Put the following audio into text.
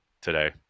today